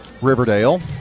Riverdale